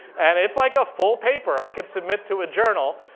and it's like a full paper i could submit to a journal.